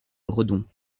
redon